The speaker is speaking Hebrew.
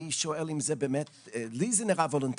אני שואל אם זה באמת כך, כי לי זה נראה וולונטרי,